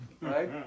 Right